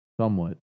Somewhat